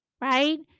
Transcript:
right